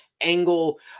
angle